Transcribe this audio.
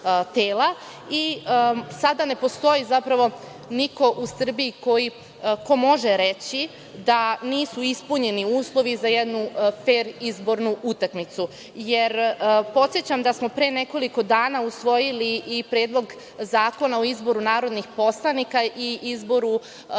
i sada ne postoji zapravo niko u Srbiji ko može reći da nisu ispunjeni uslovi za jednu fer izbornu utakmicu, jer podsećam da smo pre nekoliko dana usvojili i predlog zakona o izboru narodnih poslanika i izboru u